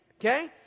okay